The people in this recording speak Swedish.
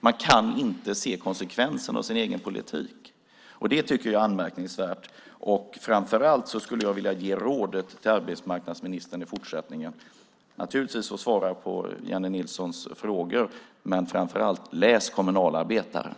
Han kan inte se konsekvenserna av sin egen politik. Det tycker jag är anmärkningsvärt. Jag skulle vilja ge rådet till arbetsmarknadsministern att naturligtvis svara på Jennie Nilssons frågor men framför allt att i fortsättningen läsa Kommunalarbetaren.